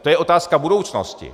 To je otázka budoucnosti.